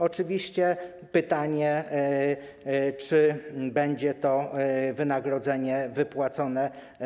Oczywiście jest pytanie: Czy będzie to wynagrodzenie wypłacone?